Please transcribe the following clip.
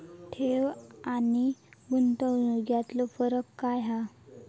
ठेव आनी गुंतवणूक यातलो फरक काय हा?